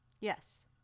Yes